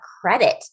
credit